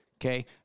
okay